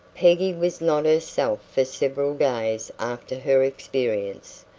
peggy was not herself for several days after her experience,